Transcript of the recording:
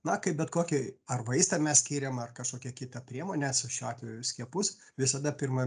na kaip bet kokį ar vaistą mes skiriam ar kažkokią kitą priemonę su šiuo atveju skiepus visada pirma